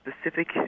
specific